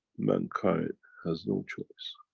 mankind has no choice.